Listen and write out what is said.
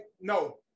no